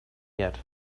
yet